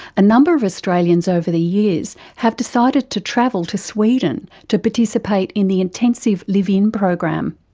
a number of australians over the years have decided to travel to sweden to participate in the intensive live-in program.